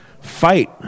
fight